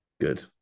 Good